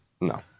No